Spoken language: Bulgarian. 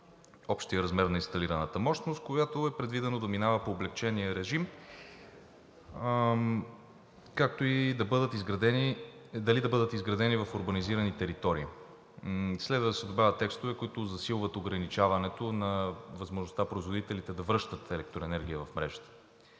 общият размер на инсталираната мощност, която е предвидена да минава по облекчения режим, както и дали да бъдат изградени в урбанизирани територии. Следва да се добавят текстове, които засилват ограничаването на възможността производителите да връщат електроенергия в мрежата.